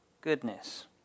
goodness